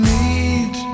need